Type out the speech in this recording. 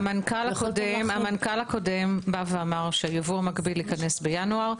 המנכ"ל הקודם אמר שייבוא מגביל ייכנס בינואר,